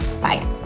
Bye